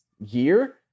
year